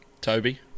Toby